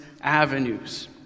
avenues